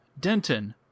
denton